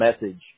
message